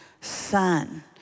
son